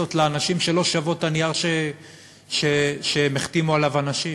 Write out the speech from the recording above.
הם מכרו לאנשים פוליסות שלא שוות את הנייר שעליו הם החתימו את האנשים.